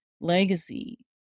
legacy